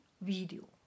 video